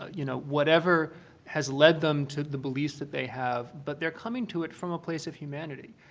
you know, whatever has lead them to the beliefs that they have. but they're coming to it from a place of humanity.